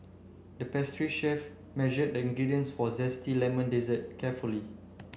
the pastry chef measured the ingredients for a zesty lemon dessert carefully